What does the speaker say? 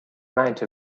amount